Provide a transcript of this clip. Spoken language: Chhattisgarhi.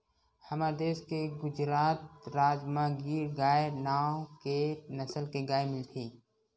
हमर देस के गुजरात राज म गीर गाय नांव के नसल के गाय मिलथे